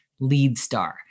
Leadstar